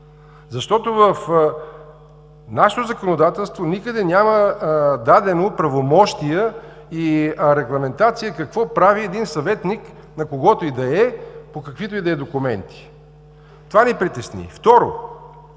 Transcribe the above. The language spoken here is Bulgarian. защото в нашето законодателство никъде няма дадени правомощия и регламентация какво прави един съветник на когото и да е по каквито и да е документи. Това ни притесни. Второ,